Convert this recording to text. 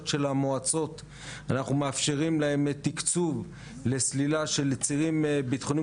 של המועצות אנחנו מאפשרים להם תקצוב לסלילה של צירים ביטחוניים